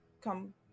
come